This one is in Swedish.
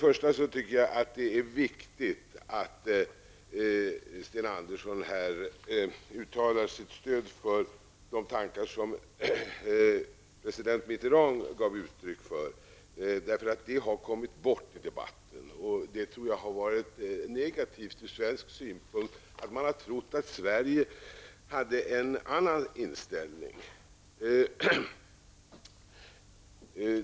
Jag tycker att det är viktigt att Sten Andersson uttalar sitt stöd för de tankar som president Mitterrand gav uttryck för. Dessa tankar har kommit bort i debatten, vilket jag tror är negativt från svensk synpunkt. Man har trott att Sverige har en annan inställning.